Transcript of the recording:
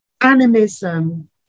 animism